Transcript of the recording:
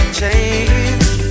change